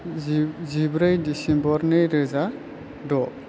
जि जिब्रै डिसेम्बर नैरोजा द'